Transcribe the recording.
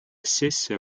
сессия